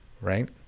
Right